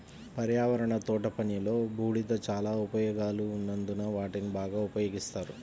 పర్యావరణ తోటపనిలో, బూడిద చాలా ఉపయోగాలు ఉన్నందున వాటిని బాగా ఉపయోగిస్తారు